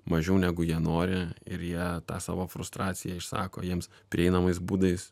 mažiau negu jie nori ir ją tą savo frustraciją išsako jiems prieinamais būdais